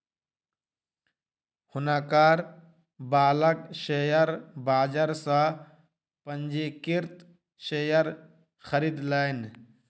हुनकर बालक शेयर बाजार सॅ पंजीकृत शेयर खरीदलैन